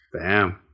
Bam